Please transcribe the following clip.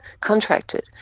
contracted